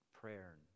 prayer